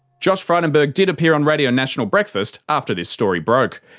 josh frydenberg did appear on radio national breakfast after this story broke.